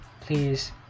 please